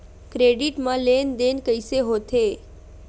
Credit मा लेन देन कइसे होथे?